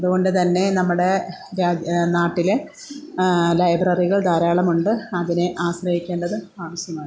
അതുകൊണ്ട് തന്നെ നമ്മുടെ രാ നാട്ടിലെ ലൈബ്രറികൾ ധാരാളമുണ്ട് അതിനെ ആശ്രയിക്കേണ്ടത് ആവശ്യമാണ്